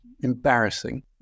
embarrassing